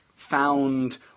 Found